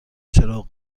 چراغ